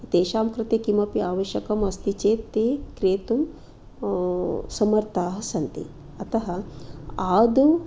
तेषां कृते किमपि आवश्यकमस्ति चेत् ते क्रेतुं समर्थाः सन्ति अतः आदौ